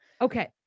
Okay